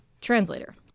translator